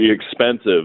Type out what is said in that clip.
expensive